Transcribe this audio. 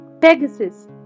Pegasus